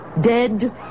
Dead